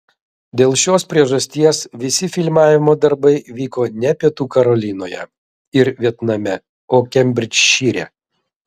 dėl šios priežasties visi filmavimo darbai vyko ne pietų karolinoje ir vietname o kembridžšyre